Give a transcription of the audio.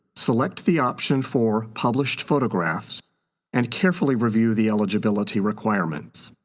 select the option for published photographs and carefully review the eligibility requirements.